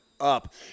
up